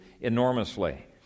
enormously